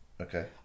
Okay